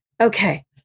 Okay